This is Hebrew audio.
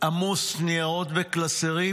עמוס ניירות וקלסרים.